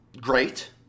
great –